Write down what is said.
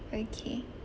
okay